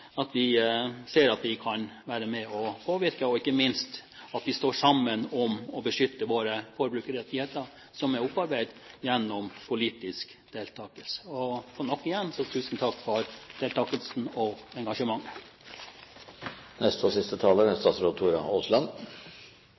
kan være med og påvirke, og ikke minst at vi står sammen om å beskytte våre forbrukerrettigheter som er opparbeidet gjennom politisk deltakelse. Nok en gang: Tusen takk for deltakelsen og engasjementet. Jeg takker også for debatten og